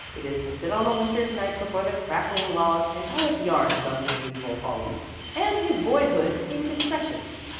it is to sit on a winter's night before the crackling log and tell us yarns about his youthful follies and his boyhood indiscretions.